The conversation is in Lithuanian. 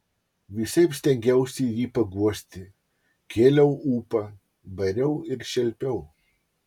visaip stengiausi jį paguosti kėliau ūpą bariau ir šelpiau